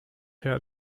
her